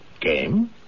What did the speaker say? Game